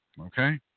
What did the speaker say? okay